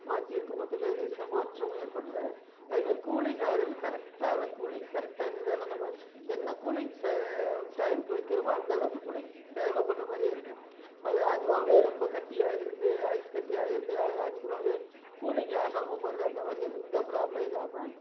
மாத்திருக்கோம் மற்றப்படி அதில் எந்த மாற்றமும் ஏற்படல்ல அது மாதிரி கூலிங் ஆகுறது கரெக்டான கூலிங் கரெக்டாக நிதான நம்ம என்ன கூலிங் ச டைமுக்கு வைக்கிறமோ அந்தளவுக்கு கூலிங் தேவைப்படுற மாதிரியே இருக்கும் அது அதுவாகவே ரொம்ப கட்டியாகிடுது ஐஸ் கட்டி ஆகிடுது அதிகமாகவே கூலிங் ஆகாமல் போகறது அந்த மாதிரி எந்த ப்ராப்ளம் இல்லாமல்